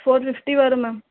four fifty வரும் ma'am